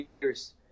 years